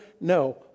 No